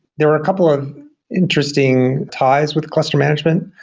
there are a couple of interesting ties with cluster management.